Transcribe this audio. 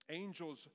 angels